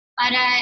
para